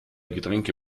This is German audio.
getränke